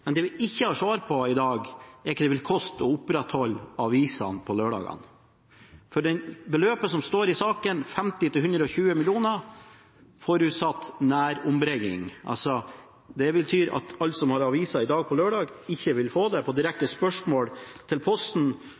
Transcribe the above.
men det vi ikke har svar på i dag, er hva det vil koste å opprettholde ombringing av aviser på lørdagene. Beløpet som er nevnt i saka, er 50 mill. kr–120 mill. kr, forutsatt nærombringing. Det betyr at alle som i dag får avis på lørdager, ikke vil få det. På direkte spørsmål til Posten